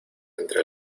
entre